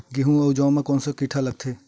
गेहूं अउ जौ मा कोन से कीट हा लगथे?